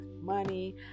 money